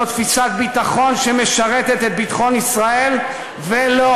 זאת תפיסת ביטחון שמשרתת את ביטחון ישראל ולא